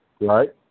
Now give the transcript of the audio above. right